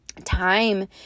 time